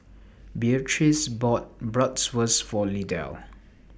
Beatrix bought Bratwurst For Lydell